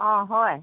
অঁ হয়